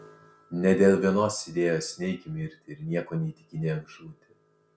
nė dėl vienos idėjos neik į mirtį ir nieko neįtikinėk žūti